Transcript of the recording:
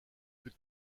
plus